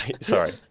Sorry